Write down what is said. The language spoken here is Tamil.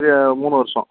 இது மூணு வருஷம்